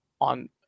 on